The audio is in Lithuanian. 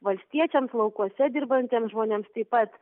valstiečiams laukuose dirbantiems žmonėms taip pat